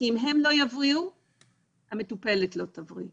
כי אם הם לא יבריאו המטופלת לא תבריא.